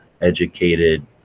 educated